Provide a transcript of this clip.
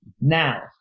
Now